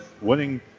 winning